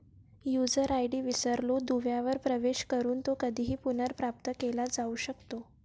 user ID विसरलो दुव्यावर प्रवेश करून तो कधीही पुनर्प्राप्त केला जाऊ शकतो